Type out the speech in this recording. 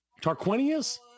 Tarquinius